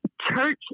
church